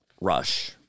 Rush